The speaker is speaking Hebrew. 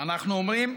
אנחנו אומרים,